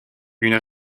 une